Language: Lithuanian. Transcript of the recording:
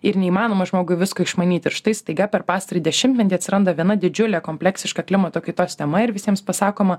ir neįmanoma žmogui visko išmanyti ir štai staiga per pastarąjį dešimtmetį atsiranda viena didžiulė kompleksiška klimato kaitos tema ir visiems pasakoma